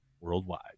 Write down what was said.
worldwide